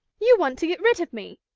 you want to get rid of me!